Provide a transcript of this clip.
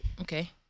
okay